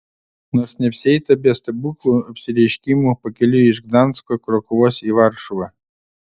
nors neapsieita be stebuklų apsireiškimų pakeliui iš gdansko krokuvos į varšuvą